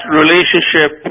relationship